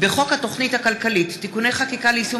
בחוק התוכנית הכלכלית (תיקוני חקיקה ליישום